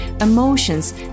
emotions